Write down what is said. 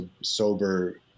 sober